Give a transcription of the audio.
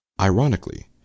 ironically